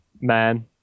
man